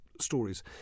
stories